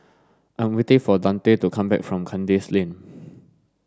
I am waiting for Dante to come back from Kandis Lane